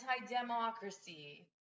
anti-democracy